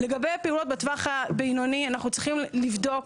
לגבי פעולות בטווח הבינוני, אנחנו צריכים לבדוק.